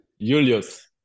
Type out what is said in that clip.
Julius